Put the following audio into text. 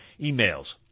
emails